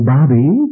Bobby